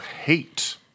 hate